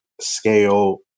scale